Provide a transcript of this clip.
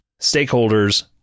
stakeholders